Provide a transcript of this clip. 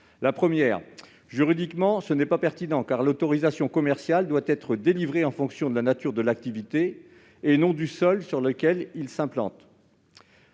ce n'est pas juridiquement pertinent, l'autorisation commerciale devant être délivrée en fonction de la nature de l'activité et non du sol sur lequel elle s'implante